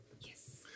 Yes